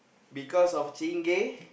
because of Chingay